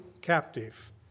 captive